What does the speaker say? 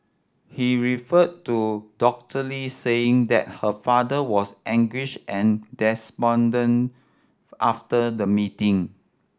he referred to Dr Lee saying that her father was anguish and despondent after the meeting